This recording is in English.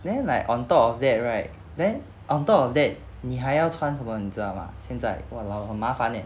then like on top of that right then on top of that 你还要穿什么你知道吗现在 !walao! 很麻烦 eh